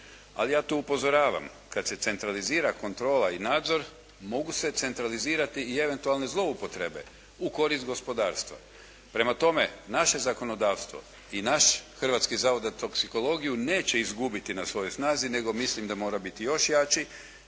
Ali ja tu upozoravam, kad se centralizira kontrola i nadzor mogu se centralizirati i eventualne zloupotrebe u korist gospodarstva. Prema tome, naše zakonodavstvo i naš Hrvatski zavod za toksikologiju neće izgubiti na svojoj snazi, nego mislim da mora biti još jači,